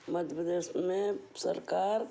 मध्य प्रदेश में सरकार